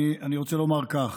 אני רוצה לומר כך: